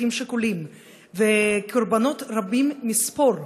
אחים שכולים וקורבנות רבים מספור.